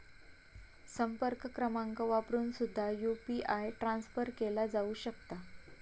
संपर्क क्रमांक वापरून सुद्धा यू.पी.आय ट्रान्सफर केला जाऊ शकता